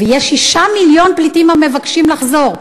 ויש 6 מיליון פליטים המבקשים לחזור,